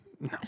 no